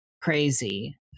crazy